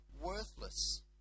worthless